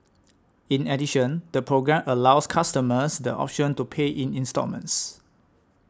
in addition the programme allows customers the option to pay in instalments